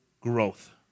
growth